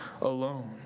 alone